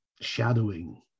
shadowing